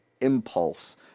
impulse